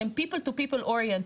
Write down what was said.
שהן People to people oriented,